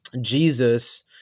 Jesus